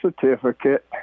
certificate